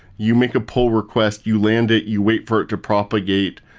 you make a pull request, you land it, you wait for it to propagate.